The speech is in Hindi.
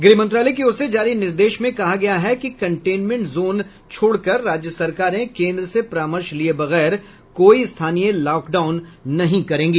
गृह मंत्रालय की ओर से जारी निर्देश में कहा गया है कि कंटेनमेंट जोन छोड़कर राज्य सरकारे केंद्र से परामर्श लिये बगैर कोई स्थानीय लॉकडाउन नहीं करेगी